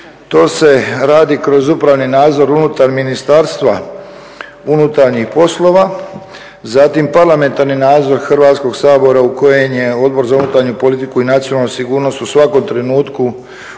To se radi kroz upravni nadzor unutar Ministarstva unutarnjih poslova, zatim parlamentarni nadzor Hrvatskog sabor u kojem je Odbor za unutarnju politiku i nacionalnu sigurnost u svakom trenutku